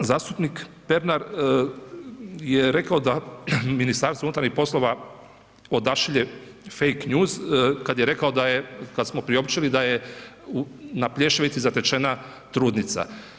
Zastupnik Pernar je rekao da Ministarstvo unutarnjih poslova, odašilje fake news kada je rekao, da je, kada smo priopćili da je na Plješevici zatečena trudnica.